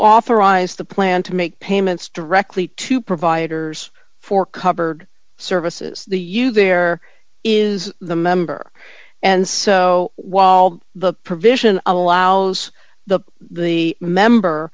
arise the plan to make payments directly to providers for covered services the you there is the member and so while the provision allows the the member